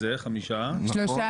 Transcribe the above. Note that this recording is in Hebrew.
ומי